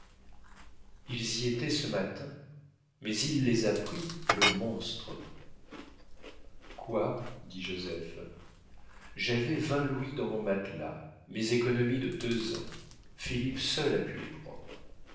ils y étaient ce matin mais il les a pris le monstre quoi dit joseph j'avais vingt louis dans mon matelas mes économies de deux ans philippe seul a pu les prendre